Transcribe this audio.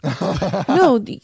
No